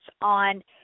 on